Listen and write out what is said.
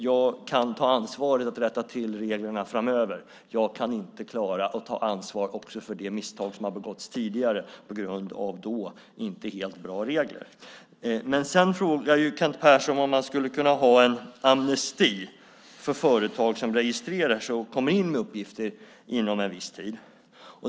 Jag kan ta ansvar för att rätta till reglerna framöver. Jag kan inte klara att ta ansvar också för de misstag som har begåtts tidigare på grund av att reglerna då inte var helt bra. Sedan frågar Kent Persson om vi skulle kunna ha en amnesti för företag som registrerar sig och kommer in med uppgifter inom en viss tid.